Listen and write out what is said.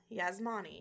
Yasmani